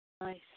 Nice